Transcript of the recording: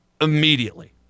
immediately